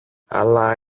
αλλά